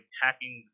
hacking